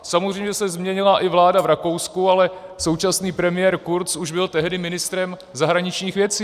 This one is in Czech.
Samozřejmě se změnila i vláda v Rakousku, ale současný premiér Kurz už byl tehdy ministrem zahraničních věcí.